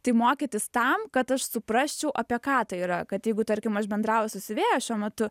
tai mokytis tam kad aš suprasčiau apie ką tai yra kad jeigu tarkim aš bendrauju su siuvėja šiuo metu